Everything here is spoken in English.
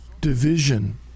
division